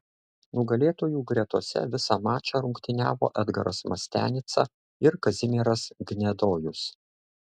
nugalėtojų gretose visą mačą rungtyniavo edgaras mastianica ir kazimieras gnedojus